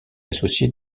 associée